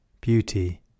beauty